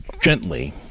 gently